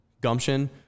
gumption